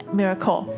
miracle